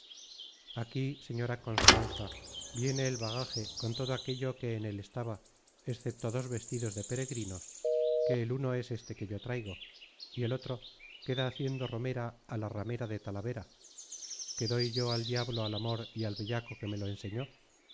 aquí señora constanza viene el bagaje con todo aquello que en el estaba excepto dos vestidos de peregrinos que el uno es éste que yo traigo y el otro queda haciendo romera á la ramera de talavera que doy yo al diablo al amor y al bellaco que me lo enseñó